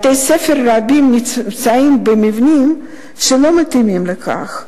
בתי-ספר רבים נמצאים במבנים שלא מתאימים לכך,